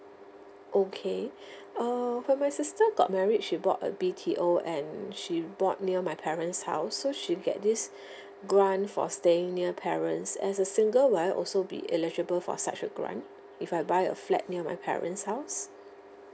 okay err when my sister got married she bought a B_T_O and she bought near my parents' house so she get this grant for staying near parents as a single will I also be eligible for such a grant if I buy a flat near my parents' house